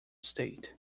state